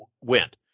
went